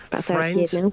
Friends